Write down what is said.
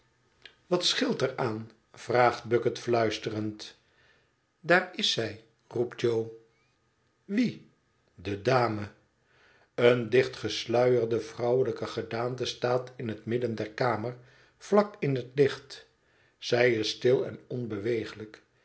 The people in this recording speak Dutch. wat scheelt er aan vraagt bucket fluisterend daar is zij roept jo wie de dame eene dicht gesluierde vrouwelijke gedaante staat in het midden der kamer vlak in het licht zij is stil en onbeweeglijk